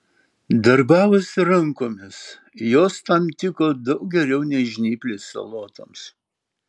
darbavosi rankomis jos tam tiko daug geriau nei žnyplės salotoms